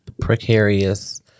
precarious